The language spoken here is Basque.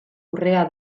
urrea